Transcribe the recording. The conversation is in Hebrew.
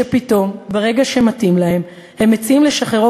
ושפתאום ברגע שמתאים להם הם מציעים לשחררו